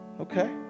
Okay